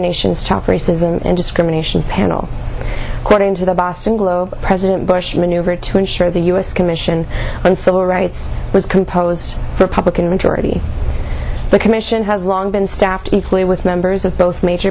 nation's top racism and discrimination panel according to the boston globe president bush maneuvered to ensure the u s commission on civil rights was compose a republican majority the commission has long been staffed equally with members of both major